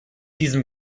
diesem